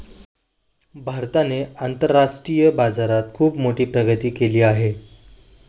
भारताने आंतरराष्ट्रीय बाजारात खुप मोठी प्रगती केली आहे